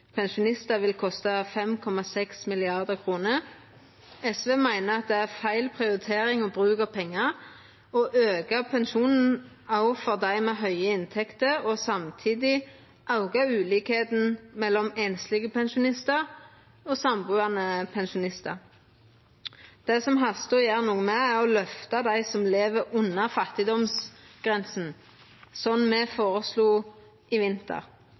pensjonistar vil kosta 5,6 mrd. kr. SV meiner at det er feil prioritering og bruk av pengar å auka pensjonen òg for dei med høge inntekter og samtidig auka ulikskapen mellom einslege pensjonistar og sambuande pensjonistar. Det som det hastar å gjera noko med, er å løfta dei som lever under fattigdomsgrensa, slik me føreslo i vinter.